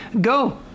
go